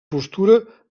postura